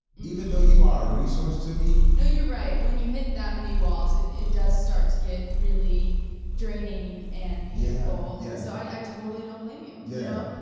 even though you are a resource to me. no, you're right, when you hit that many walls, it does start to get really draining and painful. and yeah so i totally don't blame you, yeah